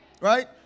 Right